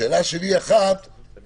השאלה שלי אחת והיא